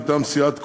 מטעם סיעת כולנו,